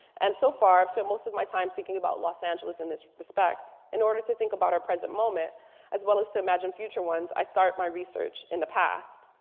and so far i've spent most of my time thinking about los angeles in this respect. in order to think about our present moment as well as to imagine future ones, i start my research in the past.